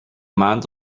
maand